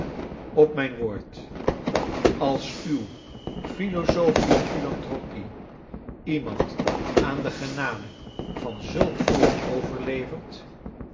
op mijn woord als uw philosophische philanthropic iemand aan de genade van zulk volk overlevert